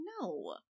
no